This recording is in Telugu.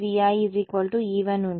విద్యార్థి మాకు ఒకే సమీకరణం ఉంది